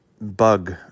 bug